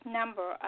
number